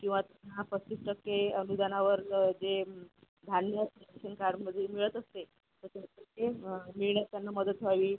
किंवा त्यांना पस्तीस टक्के अनुदानावर जे धान्य सरकारमधून मिळत असते ते मिळण्यात त्यांना मदत व्हावी